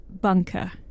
bunker